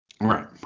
Right